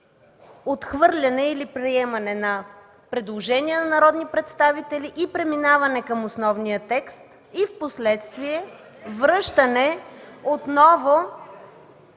отхвърляне или приемане на предложения на народни представители, преминаване към основния текст и впоследствие връщане отново...